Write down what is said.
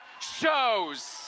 shows